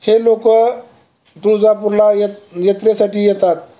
हे लोकं तुळजापूरला य यात्रेसाठी येतात